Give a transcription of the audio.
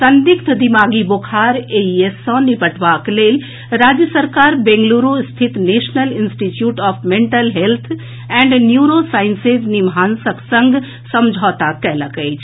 संदिग्ध दिमागी बोखार एईएस सँ निबटबाक लेल राज्य सरकार बेंगलुरू स्थित national institute of mental health and neurosciences निमहांसक संग समझौता कएलक अछि